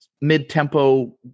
mid-tempo